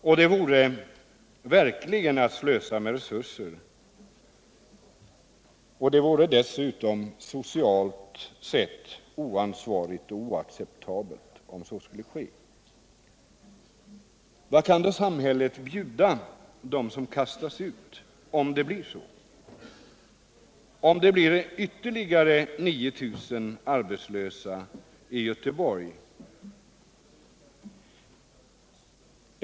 Det vore verkligen att slösa med resurser. Det vore dessutom socialt sett oansvarigt och oacceptabelt, om så skulle ske. Vad kan då samhället bjuda dem som kastas ut, om det blir ytterligare ca 9 000 arbetslösa i Göteborg?